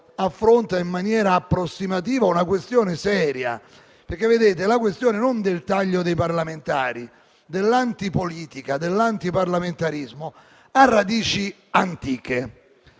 affronta in maniera approssimativa una questione seria. Infatti, la questione non del taglio dei parlamentari, ma dell'antipolitica e dell'antiparlamentarismo, ha radici antiche